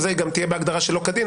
גם תהיה בהגדרה שלא כדין.